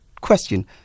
question